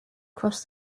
cross